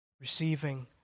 Receiving